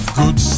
good